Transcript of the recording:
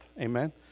Amen